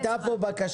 הייתה כאן בקשה,